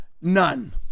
none